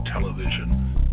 television